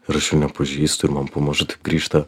ir aš jų nepažįstu ir man pamažu taip grįžta